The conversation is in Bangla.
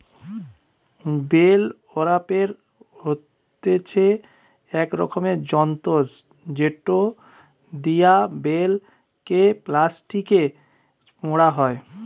বেল ওরাপের হতিছে ইক রকমের যন্ত্র জেটো দিয়া বেল কে প্লাস্টিকে মোড়া হই